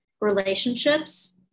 relationships